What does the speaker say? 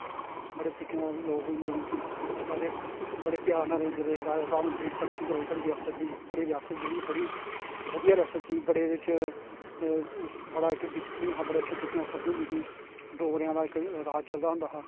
बडे़ तरीके नाल लोक हिन्दु मुस्लिम सिक्ख इसाई सारे बडे़ प्यार नाल रैंहदे रे राजा साहब ने बड़ी तरक्की कराई साढ़ी रियासत दी साढ़ी रियासत जेहड़ी ऐ बड़ी बधिया रियासत ही बडे़ एहदे च बड़ा इक डिस्पलिन हा बडे़ अच्छे तरीके कन्नै चलदी होंदी ही डोगरें दा इक राज चलदा होंदा हा